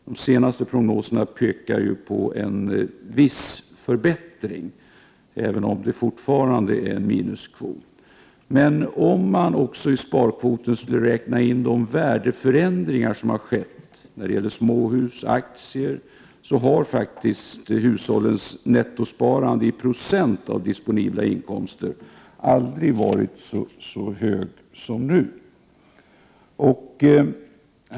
De senaste prognoserna pekar emellertid på en viss förbättring, även om det fortfarande är en minuskvot. Men skulle man i sparkvoten räkna in de värdeförändringar som har skett när det gäller småhus och aktier, har faktiskt hushållsnettosparandet i procent i disponibla inkomster aldrig varit så högt som nu.